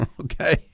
okay